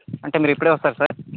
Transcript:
అంటే మీరిప్పుడే వస్తారా సార్